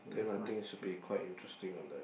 then I think should be quite interesting on that